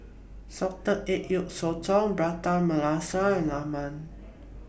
Salted Egg Yolk Sotong Prata Masala and Lemang